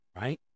right